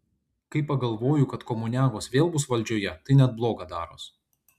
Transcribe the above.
kai pagalvoju kad komuniagos vėl bus valdžioje tai net bloga daros